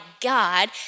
God